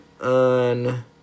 on